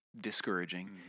discouraging